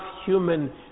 human